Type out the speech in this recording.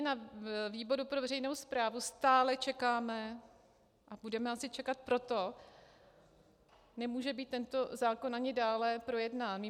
Na výboru pro veřejnou správu stále čekáme a budeme asi čekat, proto nemůže být tento zákon dále projednán.